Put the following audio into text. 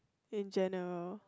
in general